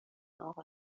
اقا